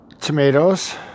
tomatoes